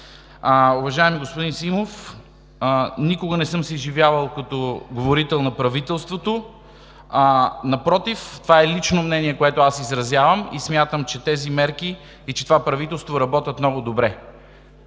Уважаеми господин Симов, никога не съм се изживявал като говорител на правителството, а напротив. Това е лично мнение, което аз изразявам, и смятам, че тези мерки и това правителство работят много добре.